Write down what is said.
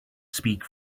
speak